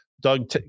Doug